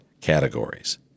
categories